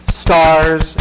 stars